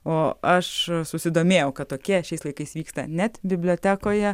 o aš susidomėjau kad tokie šiais laikais vyksta net bibliotekoje